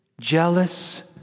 jealous